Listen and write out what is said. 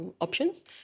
options